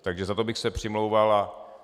Takže za to bych se přimlouval.